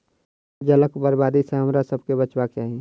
जलक बर्बादी सॅ हमरासभ के बचबाक चाही